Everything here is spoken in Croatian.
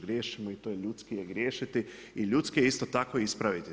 Griješimo i to je ljudski je griješiti i ljudski je isto tako i ispraviti.